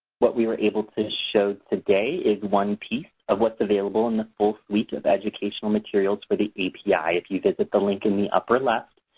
what we were able to show today is one piece of what's available in the full suite of educational materials for the api. if you visit the link in the upper left,